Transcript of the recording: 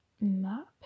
Map